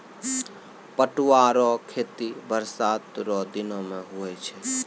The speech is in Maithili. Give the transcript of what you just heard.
पटुआ रो खेती बरसात रो दिनो मे हुवै छै